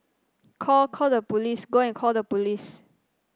call call the police go and call the police